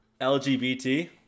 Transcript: LGBT